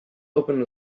opened